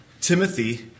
Timothy